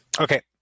Okay